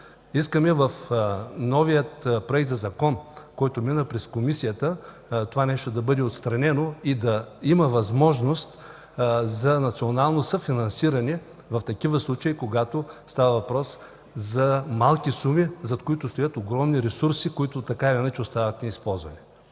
Искаме в новия проект за закон, който мина през Комисията, това нещо да бъде отстранено и да има възможност за национално съфинансиране в такива случаи, когато става въпрос за малки суми, зад които стоят огромни ресурси, които, така или иначе, остават неизползвани.